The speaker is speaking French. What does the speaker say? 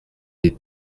des